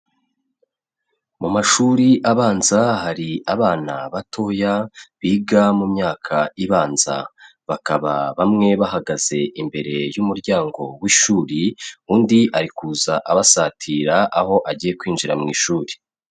Mu mashuri abanza hari abana batoya biga mu myaka ibanza; bakaba bamwe bahagaze imbere y'umuryango w'ishuri, undi ari kuza abasatira aho agiye kwinjira mu ishuri.